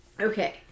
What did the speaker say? Okay